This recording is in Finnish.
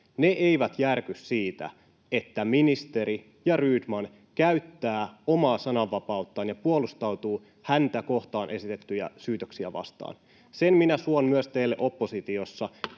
ne eivät järky siitä, että ministeri Rydman käyttää omaa sananvapauttaan ja puolustautuu häntä kohtaan esitettyjä syytöksiä vastaan. Sen minä suon myös teille oppositiossa,